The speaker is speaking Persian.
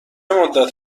مدت